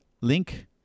link